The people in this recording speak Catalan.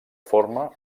forma